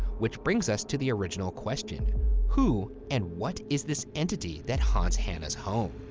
which brings us to the original question who and what is this entity that haunts hannah's home?